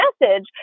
message